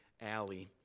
alley